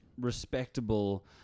respectable